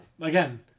Again